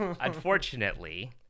unfortunately